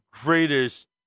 greatest